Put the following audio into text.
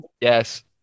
Yes